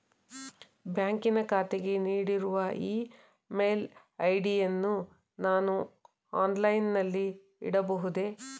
ಬ್ಯಾಂಕಿನ ಖಾತೆಗೆ ನೀಡಿರುವ ಇ ಮೇಲ್ ಐ.ಡಿ ಯನ್ನು ನಾನು ಆನ್ಲೈನ್ ನಲ್ಲಿ ನೀಡಬಹುದೇ?